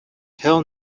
tell